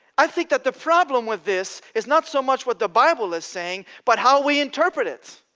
i think that the problem with this, is not so much what the bible is saying, but how we interpret it.